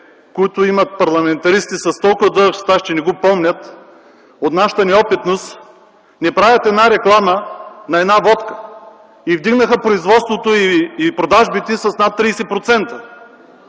които имат парламентаристи с толкова дълъг стаж, че не го помнят – от нашата неопитност, не правят една реклама на една водка и вдигнаха производството и продажбите с над 30%.